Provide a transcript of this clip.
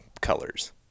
colors